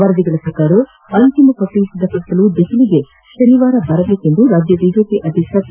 ವರದಿಗಳ ಪ್ರಕಾರ ಅಂತಿಮ ಪಟ್ಟಿ ಸಿದ್ದಪಡಿಸಲು ದೆಹಲಿಗೆ ಶನಿವಾರ ಆಗಮಿಸುವಂತೆ ರಾಜ್ಯ ಬಿಜೆಪಿ ಅಧ್ಯಕ್ಷ ಪಿ